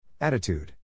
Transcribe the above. Attitude